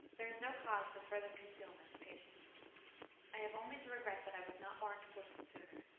there is no cause for further concealment, patience i have only to regret that i was not more explicit sooner.